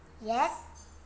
Yes